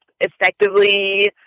effectively